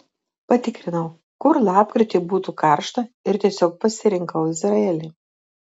patikrinau kur lapkritį būtų karšta ir tiesiog pasirinkau izraelį